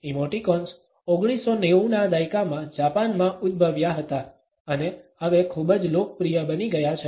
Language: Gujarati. ઇમોટિકોન્સ 1990 ના દાયકામાં જાપાનમાં ઉદ્ભવ્યા હતા અને હવે ખૂબ જ લોકપ્રિય બની ગયા છે